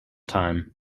time